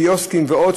קיוסקים ועוד,